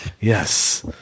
yes